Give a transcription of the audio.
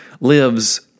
lives